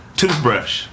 toothbrush